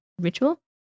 Ritual